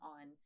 on